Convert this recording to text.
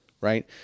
right